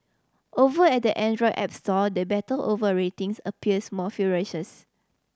over at the Android app store the battle over ratings appears more ferocious